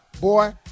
Boy